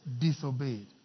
disobeyed